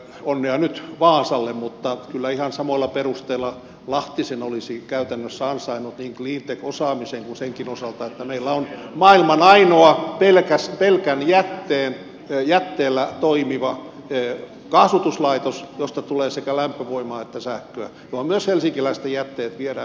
onnea nyt vaasalle mutta kyllä ihan samoilla perusteilla lahti sen olisi käytännössä ansainnut niin cleantech osaamisen kuin senkin osalta että meillä on maailman ainoa pelkällä jätteellä toimiva kaasutuslaitos josta tulee sekä lämpövoimaa että sähköä ja johon myös helsinkiläisten jätteet viedään myös zyskowiczin